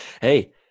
Hey